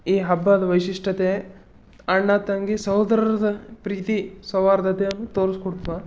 ಈ ಹಬ್ಬದ ವೈಶಿಷ್ಟ್ಯತೆ ಅಣ್ಣ ತಂಗಿ ಸಹೋದರರದು ಪ್ರೀತಿ ಸೌಹಾರ್ದತೆಯನ್ನು ತೋರ್ಸಿ ಕೊಡ್ತದ